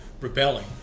rebelling